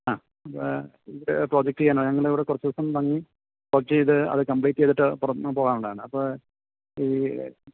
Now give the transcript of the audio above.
ആ നമ്മൾ ഇവിടെ പ്രൊജക്റ്റ് ചെയ്യണം ഞങ്ങൾ ഇവിടെ കുറച്ച് ദിവസം തങ്ങി പ്രൊജക്റ്റ് ചെയ്ത് അത് കംപ്ലീറ്റ് ചെയ്തിട്ട് പുറത്ത്ന്ന് പോകാനുള്ളതാണ് അപ്പം ഈ